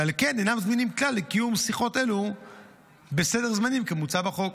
ועל כן אינם זמינים כלל לקיום שיחות אלו בסדר זמנים כמוצע בחוק.